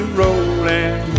rolling